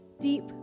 deep